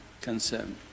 concern